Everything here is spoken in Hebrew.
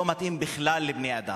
לא מתאים בכלל לבני-אדם.